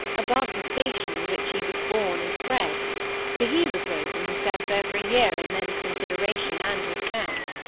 above the station in which he was born and bred for he was raising himself every year in men's consideration and respect.